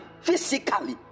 physically